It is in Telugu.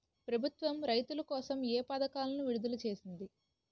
ప్రభుత్వం రైతుల కోసం ఏ పథకాలను విడుదల చేసింది?